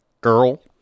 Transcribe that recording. girl